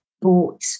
bought